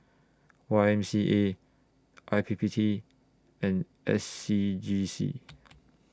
Y M C A I P P T and S C G C